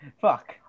fuck